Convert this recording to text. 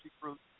fruit